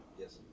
yes